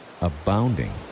abounding